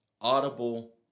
audible